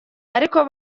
ariko